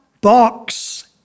box